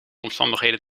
omstandigheden